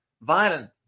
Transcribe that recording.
violent